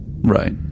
right